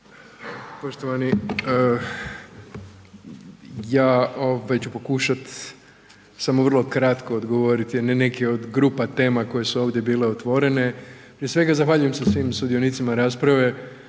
Poštovani, ja opet ću pokušati samo vrlo kratko odgovoriti na neke od grupa tema koje su ovdje bile otvorene. Prije svega zahvaljujem se svim sudionicima rasprave